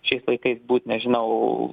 šiais laikais būt nežinau